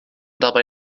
dabei